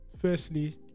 firstly